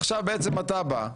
עכשיו בעצם אתה בא,